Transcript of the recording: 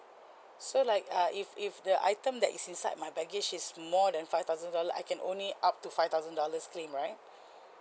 so like uh if if the item that is inside my baggage is more than five thousand dollar I can only up to five thousand dollars claim right